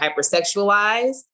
hypersexualized